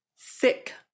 thick